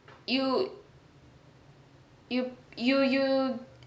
you you you you